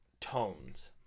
tones